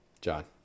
John